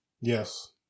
Yes